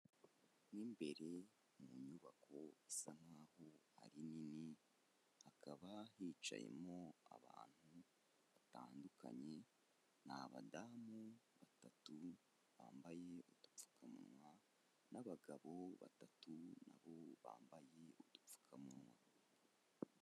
Mo imbere mu nyubako isa nkaho ari nini, hakaba hicayemo abantu batandukanye, ni abadamu batatu bambaye udupfukawa n'abagabo batatu na bo bambaye udupfukamunwa.